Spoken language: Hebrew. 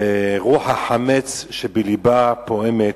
ורוח החמץ שבלבה פועמת,